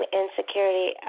insecurity